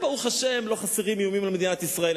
ברוך השם, לא חסרים איומים על מדינת ישראל.